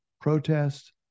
Protest